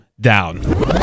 down